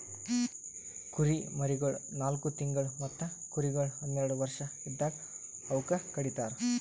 ಕುರಿಮರಿಗೊಳ್ ನಾಲ್ಕು ತಿಂಗುಳ್ ಮತ್ತ ಕುರಿಗೊಳ್ ಹನ್ನೆರಡು ವರ್ಷ ಇದ್ದಾಗ್ ಅವೂಕ ಕಡಿತರ್